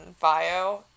bio